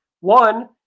one